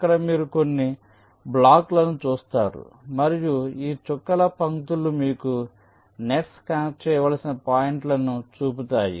ఇక్కడ మీరు కొన్ని బ్లాకులను చూస్తారు మరియు ఈ చుక్కల పంక్తులు మీకు నెట్స్ కనెక్ట్ చేయవలసిన పాయింట్లను చూపుతాయి